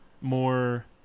more